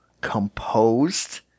composed